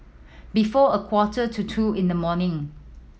before a quarter to two in the morning